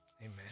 amen